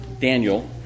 Daniel